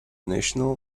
national